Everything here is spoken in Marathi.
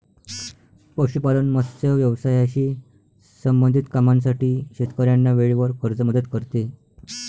पशुपालन, मत्स्य व्यवसायाशी संबंधित कामांसाठी शेतकऱ्यांना वेळेवर कर्ज मदत करते